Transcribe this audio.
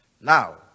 now